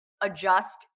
adjust